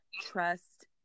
trust